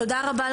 תודה רבה.